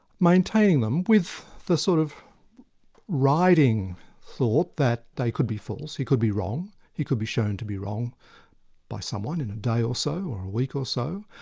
maintaining them with the sort of riding thought that they could be false, he could be wrong, he could be shown to be wrong by someone in a day or so, or in a week or so,